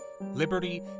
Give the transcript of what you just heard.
Liberty